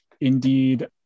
indeed